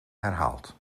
herhaald